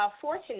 fortunate